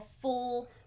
full